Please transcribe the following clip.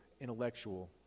intellectual